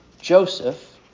Joseph